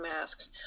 masks